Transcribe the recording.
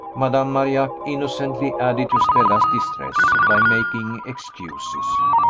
madame marillac innocently added to stella's distress by making excuses.